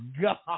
God